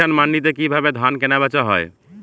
কৃষান মান্ডিতে কি ভাবে ধান কেনাবেচা হয়?